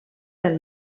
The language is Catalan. del